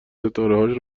ستارههاش